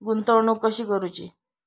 गुंतवणूक कशी करूची?